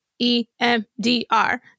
EMDR